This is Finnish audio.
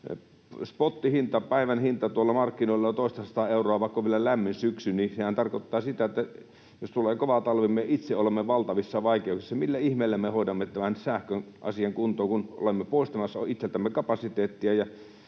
spottihinta, päivän hinta, tuolla markkinoilla on jo toistasataa euroa, vaikka on vielä lämmin syksy. Sehän tarkoittaa sitä, että jos tulee kova talvi, niin me itse olemme valtavissa vaikeuksissa. Millä ihmeellä me hoidamme tämän sähkön asian kuntoon, kun olemme poistamassa itseltämme kapasiteettia